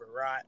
right